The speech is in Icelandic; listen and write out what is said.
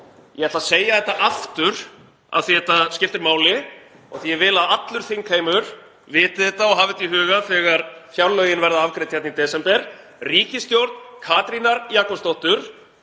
Ég ætla að segja þetta aftur af því að þetta skiptir máli og af því að ég vil að allur þingheimur viti þetta og hafi þetta í huga þegar fjárlögin verða afgreidd hérna í desember: Ríkisstjórn Katrínar Jakobsdóttur